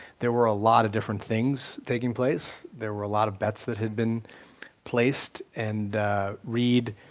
there were a lot of different things taking place. there were a lot of bets that had been placed and reid,